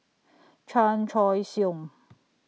Chan Choy Siong